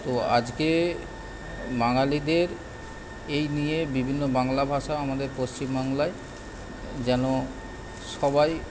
তো আজকে বাঙালিদের এই নিয়ে বিভিন্ন বাংলা ভাষা আমাদের পশ্চিমবাংলায় যেন সবাই